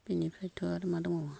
बेनिफ्रायथ' आरो मा दङ